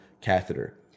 catheter